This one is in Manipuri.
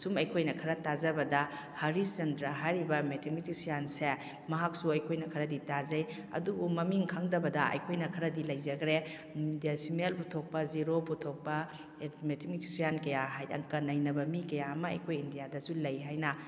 ꯁꯨꯝ ꯑꯩꯈꯣꯏꯅ ꯈꯔ ꯇꯥꯖꯕꯗ ꯍꯔꯤꯆꯟꯗ꯭ꯔ ꯍꯥꯏꯔꯤꯕ ꯃꯦꯠꯊꯃꯦꯇꯤꯁꯤꯌꯥꯟꯁꯦ ꯃꯍꯥꯛꯁꯨ ꯑꯩꯈꯣꯏꯅ ꯈꯔꯗꯤ ꯇꯥꯖꯩ ꯑꯗꯨꯕꯨ ꯃꯃꯤꯡ ꯈꯪꯗꯕꯗ ꯑꯩꯈꯣꯏꯅ ꯈꯔꯗꯤ ꯂꯩꯖꯈ꯭ꯔꯦ ꯗꯦꯁꯤꯃꯦꯜ ꯄꯨꯊꯣꯛꯄ ꯖꯦꯔꯣ ꯄꯨꯊꯣꯛꯄ ꯃꯦꯠꯊꯃꯦꯇꯤꯁꯤꯌꯥꯟ ꯀꯌꯥ ꯍꯥꯏꯗꯤ ꯑꯪꯀ ꯅꯪꯅꯕ ꯃꯤ ꯀꯌꯥ ꯑꯃ ꯑꯩꯈꯣꯏ ꯏꯟꯗꯤꯌꯥꯗꯁꯨ ꯂꯩ ꯍꯥꯏꯅ